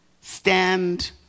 stand